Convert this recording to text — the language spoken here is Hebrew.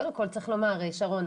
קודם כל צריך לומר שרון,